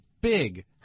big